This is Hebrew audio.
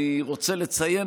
אני רוצה לציין,